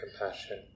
compassion